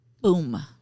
Boom